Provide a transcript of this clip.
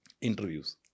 Interviews